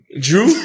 Drew